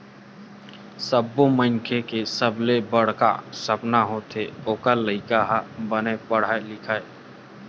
सब्बो मनखे के सबले बड़का सपना होथे ओखर लइका ह बने पड़हय लिखय